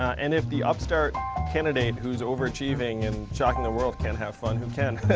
and if the upstart candidate who's overachieving and shocking the world can't have fun, who can?